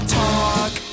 talk